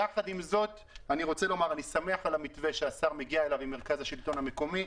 יחד עם זאת אני שמח על המתווה שהשר מגיע אליו עם מרכז השלטון המקומי.